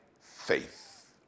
faith